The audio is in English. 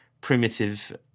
primitive